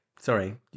Sorry